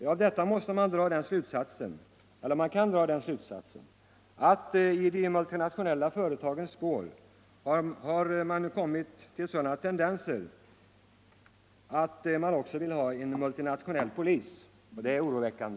Av detta kan den slutsatsen dras att i de multinationella företagens spår har det kommit sådana tendenser att man också vill ha en multinationell polis, och det är oroväckande.